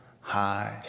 high